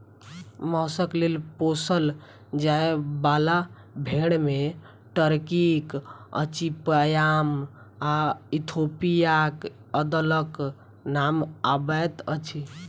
मौसक लेल पोसल जाय बाला भेंड़ मे टर्कीक अचिपयाम आ इथोपियाक अदलक नाम अबैत अछि